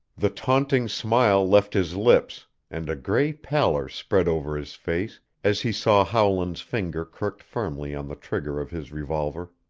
the taunting smile left his lips and a gray pallor spread over his face as he saw howland's finger crooked firmly on the trigger of his revolver.